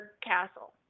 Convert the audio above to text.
Castle